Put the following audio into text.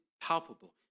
palpable